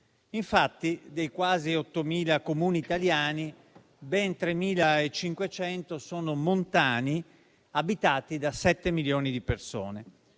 Infatti, dei quasi 8.000 Comuni italiani, ben 3.500 sono montani, abitati da 7 milioni di persone.